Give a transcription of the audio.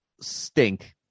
stink